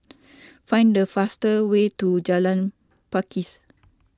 find the fastest way to Jalan Pakis